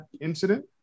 incident